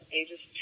ages